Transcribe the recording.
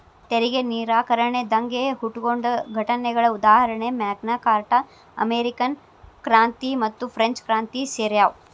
ತೆರಿಗೆ ನಿರಾಕರಣೆ ದಂಗೆ ಹುಟ್ಕೊಂಡ ಘಟನೆಗಳ ಉದಾಹರಣಿ ಮ್ಯಾಗ್ನಾ ಕಾರ್ಟಾ ಅಮೇರಿಕನ್ ಕ್ರಾಂತಿ ಮತ್ತುಫ್ರೆಂಚ್ ಕ್ರಾಂತಿ ಸೇರ್ಯಾವ